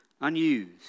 unused